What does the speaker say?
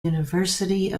university